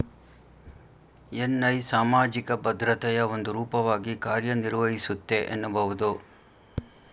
NI ಸಾಮಾಜಿಕ ಭದ್ರತೆಯ ಒಂದು ರೂಪವಾಗಿ ಕಾರ್ಯನಿರ್ವಹಿಸುತ್ತೆ ಎನ್ನಬಹುದು